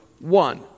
One